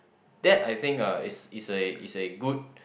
that I think uh is is a is a good